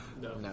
No